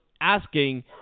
asking